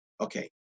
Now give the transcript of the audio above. Okay